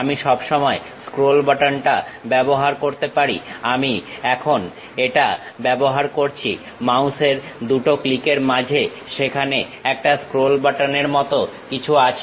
আমি সব সময় স্ক্রোল বাটন টা ব্যবহার করতে পারি এখন আমি এটা ব্যবহার করছি মাউসের 2 টো ক্লিক এর মাঝে সেখানে একটা স্ক্রোল বাটনের মতন কিছু আছে